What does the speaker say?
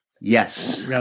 Yes